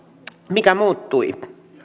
mikä muuttui minä